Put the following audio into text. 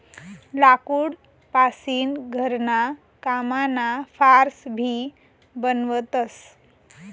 लाकूड पासीन घरणा कामना फार्स भी बनवतस